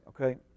okay